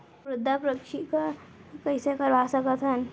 मृदा परीक्षण कइसे करवा सकत हन?